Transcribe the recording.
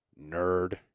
Nerd